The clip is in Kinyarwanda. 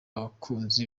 abakunzi